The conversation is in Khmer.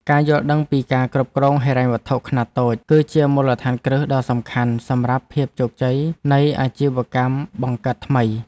ការយល់ដឹងពីការគ្រប់គ្រងហិរញ្ញវត្ថុខ្នាតតូច គឺជាមូលដ្ឋានគ្រឹះដ៏សំខាន់សម្រាប់ភាពជោគជ័យនៃអាជីវកម្មបង្កើតថ្មី។